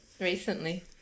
recently